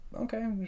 Okay